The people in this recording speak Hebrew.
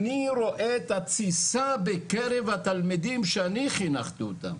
אני רואה את התסיסה בקרב התלמידים שאני חינכתי אותם.